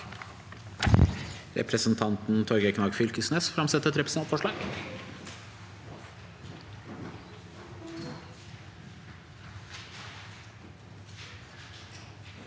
Representanten Torgeir Knag Fylkesnes vil framsette et representantforslag.